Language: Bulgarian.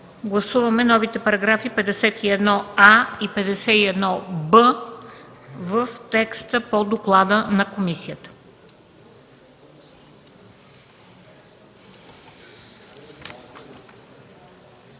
Гласуваме новите параграфи 51а и 51б в текста по доклада на комисията.